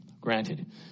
granted